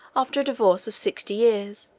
after a divorce of sixty years,